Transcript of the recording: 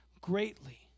greatly